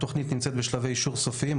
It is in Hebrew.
התוכנית נמצאת בשלבי אישור סופיים.